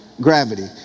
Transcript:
gravity